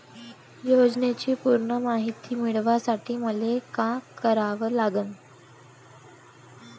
योजनेची पूर्ण मायती मिळवासाठी मले का करावं लागन?